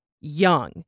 young